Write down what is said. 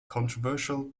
controversial